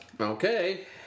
Okay